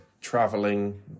traveling